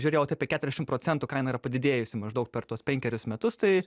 žiūrėjau tai apie keturiasdešim procentų kaina yra padidėjusi maždaug per tuos penkerius metus tai